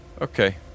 Okay